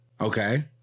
Okay